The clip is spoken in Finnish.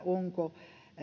ovatko